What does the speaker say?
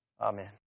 Amen